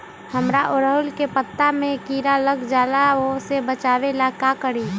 हमरा ओरहुल के पत्ता में किरा लग जाला वो से बचाबे ला का करी?